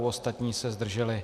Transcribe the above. Ostatní se zdrželi.